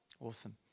Awesome